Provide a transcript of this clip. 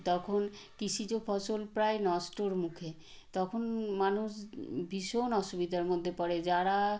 তখন কৃষিজ ফসল প্রায় নষ্টর মুখে তখন মানুষ ভীষণ অসুবিধার মধ্যে পড়ে যারা